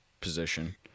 position